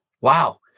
Wow